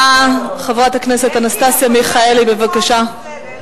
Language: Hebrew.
הדוברת הבאה, חברת הכנסת אנסטסיה מיכאלי, בבקשה.